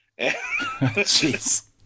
Jeez